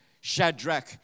Shadrach